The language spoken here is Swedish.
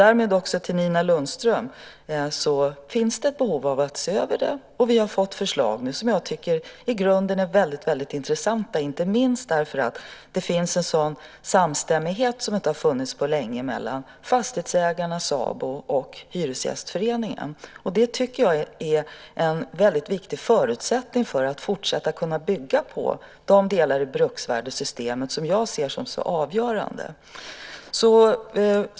Därmed kan jag också till Nina Lundström säga att det finns ett behov av att se över den. Och vi har fått förslag som jag tycker i grunden är mycket intressanta, inte minst därför att det finns en sådan samstämmighet som inte har funnits på länge mellan fastighetsägarna, SABO och Hyresgästföreningen. Det tycker jag är en väldigt viktig förutsättning för att kunna fortsätta bygga på de delar i bruksvärdessystemet som jag ser som så avgörande.